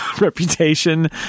reputation